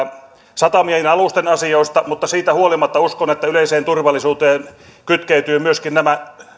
satamien ja alusten asioista mutta siitä huolimatta uskon että yleiseen turvallisuuteen kytkeytyvät myöskin nämä